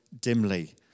dimly